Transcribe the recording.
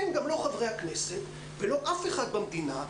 גם לא חברי הכנסת וגם אף אחד במדינה,